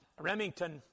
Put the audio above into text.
Remington